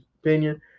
opinion